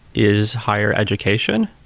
is higher education,